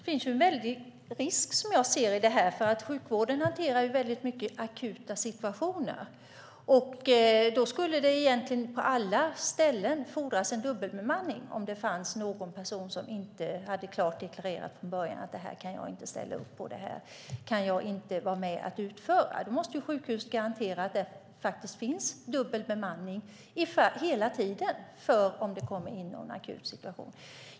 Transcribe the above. Fru talman! Det finns som jag ser det en väldig risk. Sjukvården hanterar nämligen väldigt många akuta situationer, och då skulle det egentligen på alla ställen fordras en dubbelbemanning om det fanns någon person som inte från början klart hade deklarerat: Det här kan jag inte ställa upp på. Det här kan jag inte vara med att utföra. Då måste sjukhuset garantera att det finns dubbel bemanning hela tiden, ifall det kommer in en akut situation.